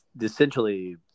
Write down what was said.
essentially